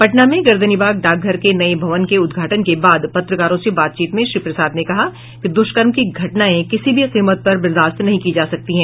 पटना में गर्दनीबाग डाकघर के नये भवन के उद्घाटन के बाद पत्रकारों से बातचीत में श्री प्रसाद ने कहा कि दुष्कर्म की घटनाएं किसी भी कीमत पर बर्दाश्त नहीं की जा सकती हैं